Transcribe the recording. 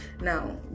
Now